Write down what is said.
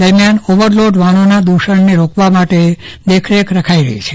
દરમિયાન ઓવરલોડ વાહનોના દુષણને રોકવા માટે દેખરેખ રાખી રહી છે